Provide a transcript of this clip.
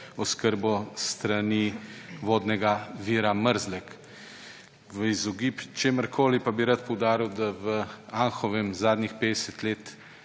vodooskrbo s strani vodnega vira Mrzlek. V izogib čemurkoli pa bi rad poudaril, da v Anhovem zadnjih 50 let